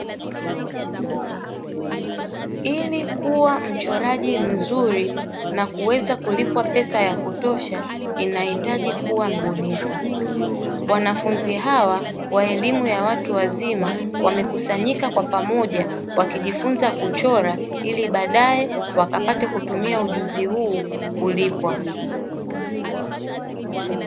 Ili kuwa mchoraji mzuri na kuweza kulipwa pesa ya kutosha inahitaji kuwa mbunifu, wanafunzi hawa wa elimu ya watu wazima wamekusanyika kwa pamoja wakijifunza kuchora ili baadaye wakapate kutumia ujuzi huu kulipwa.